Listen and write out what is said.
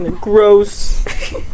Gross